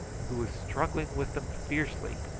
who was struggling with them fiercely,